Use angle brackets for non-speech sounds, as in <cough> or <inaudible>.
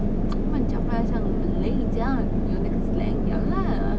<noise> 做么你讲话要像 malay 这样有那个 slang ya lah